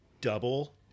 double